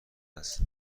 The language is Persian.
است